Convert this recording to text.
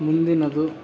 ಮುಂದಿನದು